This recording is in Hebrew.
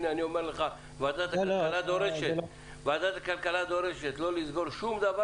אני אומר לך שוועדת הכלכלה דורשת לא לסגור שום דבר,